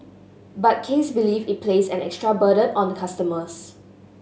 but Case believe it place an extra burden on customers